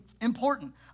important